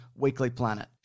weeklyplanet